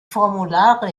formulare